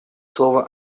слово